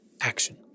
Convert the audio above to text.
action